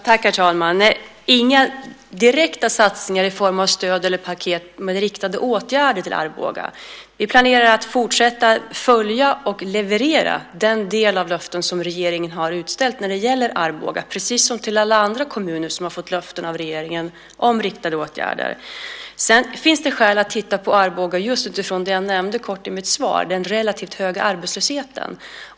Herr talman! Nej, inga direkta satsningar i form av stöd eller paket med riktade åtgärder till Arboga. Vi planerar att fortsätta att följa och leverera den del av löftena som regeringen har utställt när det gäller Arboga, precis som till alla andra kommuner som har fått löften av regeringen om riktade åtgärder. Det finns skäl att titta på Arboga just utifrån det jag nämnde kort i mitt svar, den relativt höga arbetslösheten.